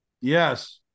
Yes